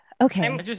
okay